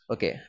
Okay